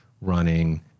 running